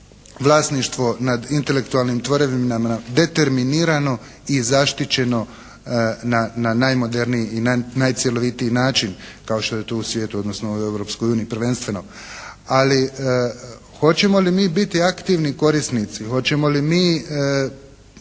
vlasništvo nad intelektualnim tvorevinama determinirano i zaštićeno na najmoderniji i najcjelovitiji način kao što je to u svijetu, odnosno u Europskoj uniji prvenstveno. Ali hoćemo li mi biti aktivni korisnici, hoćemo li mi